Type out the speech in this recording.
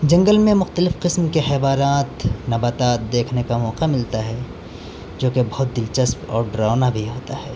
جنگل میں مختلف قسم کے حیوارات نباتات دیکھنے کا موقع ملتا ہے جو کہ بہت دلچسپ اور ڈراؤنا بھی ہوتا ہے